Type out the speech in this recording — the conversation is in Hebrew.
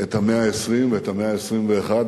את המאה ה-20 ואת המאה ה-21,